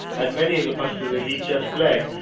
and many of the pashtun elite just fled.